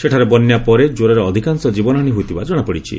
ସେଠାରେ ବନ୍ୟାପରେ ଜ୍ୱରରେ ଅଧିକାଂଶ ଜୀବନହାନୀ ହୋଇଥିବା ଜଣାପଡିଛି